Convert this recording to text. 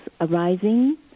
arising